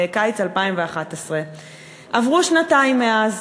בקיץ 2011. עברו שנתיים מאז,